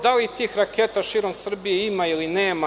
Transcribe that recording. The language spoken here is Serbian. Da li tih raketa širom Srbije ima ili nema?